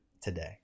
today